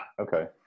Okay